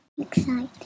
Excited